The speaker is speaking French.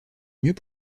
mieux